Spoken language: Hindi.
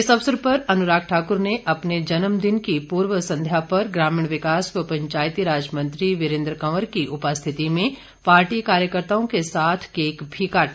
इस अवसर पर अनुराग ठाक्र ने अपने जन्मदिन की पूर्व संध्या पर ग्रामीण विकास व पंचायतीराज मंत्री वीरेंद्र कवर की उपस्थिति में पार्टी कार्यकर्ताओं के साथ केक भी काटा